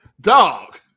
dog